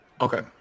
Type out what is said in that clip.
Okay